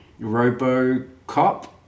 Robocop